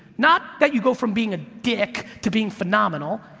not that you go from being a dick to being phenomenal,